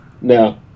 No